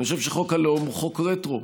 אני חושב שחוק הלאום הוא חוק רטרו,